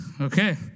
Okay